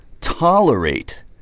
tolerate